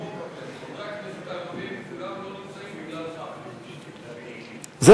ביום שבו חברי הכנסת הערבים כולם לא נמצאים בגלל חג.